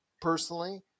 personally